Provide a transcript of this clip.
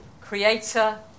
creator